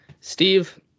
Steve